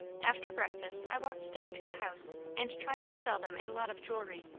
after breakfast i walked down to the house, and tried to sell them a lot of jewelry.